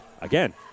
again